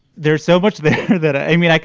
there's so much there that i mean, like